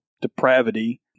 depravity